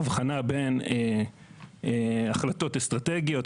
הבחנה בין החלטות אסטרטגיות,